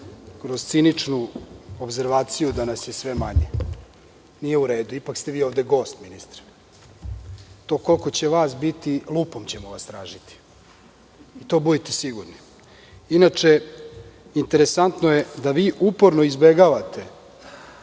kroz ciničnu opservaciju, da nas je sve manje. Nije u redu. Ipak ste vi ovde gost ministre. To koliko će vas biti, lupom ćemo vas tražiti, u to budite sigurni. Inače, interesantno je da vi uporno izbegavate,